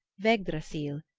vegdrasil,